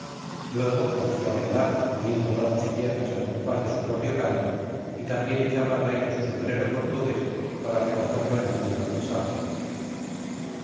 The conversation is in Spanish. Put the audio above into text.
luego parecía bailar moviendo brazos y piernas al compás de su propio canto y también echaba al aire su sombrero portugués para recogerlo en la punta del sable